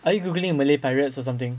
are you googling uh malay pirates or something